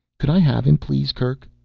could i have him, please kerk?